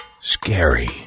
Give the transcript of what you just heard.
scary